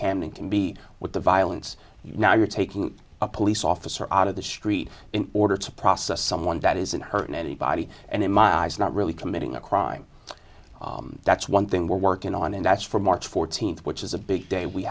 and can be with the violence now you're taking a police officer out of the street in order to process someone that isn't hurting anybody and in my eyes not really committing a crime that's one thing we're working on and that's from march fourteenth which is a big day we